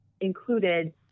included